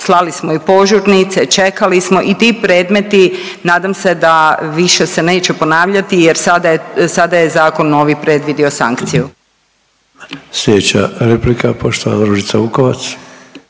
slali smo i požurnice, čekali smo i ti predmeti nadam se da više se neće ponavljati jer sada je, sada je zakon novi predvidio sankciju. **Sanader, Ante (HDZ)** Slijedeća replika poštovana Ružica Vukovac.